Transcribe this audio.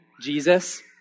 Jesus